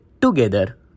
together